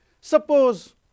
Suppose